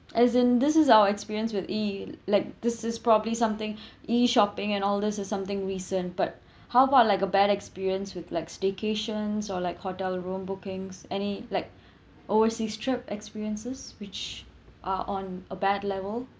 as in this is our experience with E_ like this is probably something E_ shopping and all this is something recent but how about like a bad experience with like staycations or like hotel room bookings any like overseas trip experiences which are on a bad level